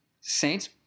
Saints